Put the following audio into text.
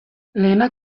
lehenak